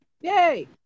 Yay